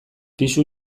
pisu